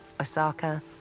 Osaka